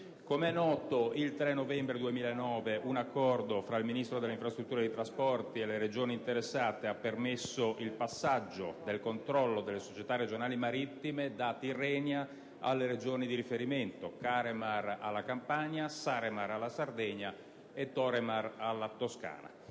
Come è noto, il 3 novembre 2009 un accordo tra il Ministro delle infrastrutture e dei trasporti e le Regioni interessate ha permesso il passaggio del controllo delle società regionali marittime da Tirrenia alle Regioni di riferimento: Caremar alla Campania, Saremar alla Sardegna e Toremar alla Toscana.